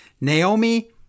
Naomi